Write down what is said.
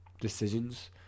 decisions